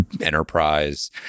enterprise